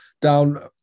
down